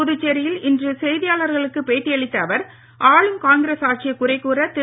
புதுச்சேரியில் இன்று செய்தியாளர்களுக்குப் பேட்டியளித்த அவர் ஆளும் காங்கிரஸ் ஆட்சியை குறை கூற திரு